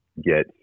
get